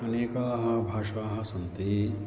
अनेकाः भाषाः सन्ति